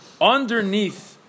underneath